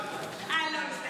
אין לנו הסתייגויות.